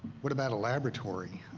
what about a laboratory?